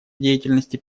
деятельности